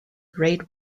grade